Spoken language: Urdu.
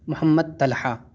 محمد طلحہ